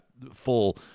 full